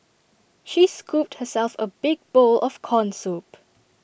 she scooped herself A big bowl of Corn Soup